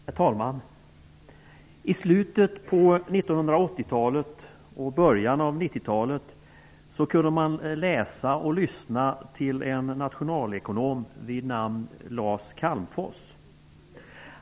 Herr talman! I slutet på 1980-talet och i början av 1990-talet kunde man läsa och lyssna till en nationalekonom vid namn Lars Calmfors.